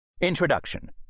Introduction